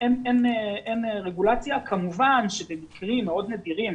אין רגולציה, וכמוחן שבמקרים מאוד נדירים